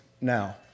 now